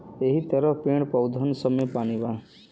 यहि तरह पेड़, पउधन सब मे पानी बा